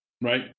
right